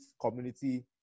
community